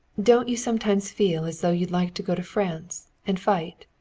don't you sometimes feel as though you'd like to go to france and fight?